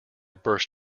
burst